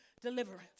deliverance